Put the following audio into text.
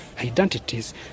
identities